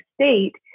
state